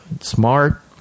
smart